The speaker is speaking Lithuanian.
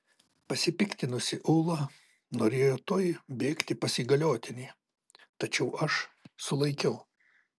pasipiktinusi ula norėjo tuoj bėgti pas įgaliotinį tačiau aš sulaikiau